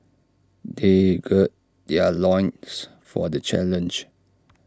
they gird their loins for the challenge